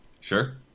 Sure